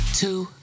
Two